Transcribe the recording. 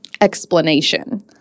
explanation